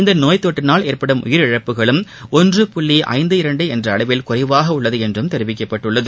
இந்த நோய் தொற்றினால் ஏற்படும் உயிரிழப்புகளும் ஒன்று புள்ளி ஐந்து இரண்டு என்ற அளவில் குறைவாக உள்ளது என்றும் தெரிவிக்கப்பட்டுள்ளது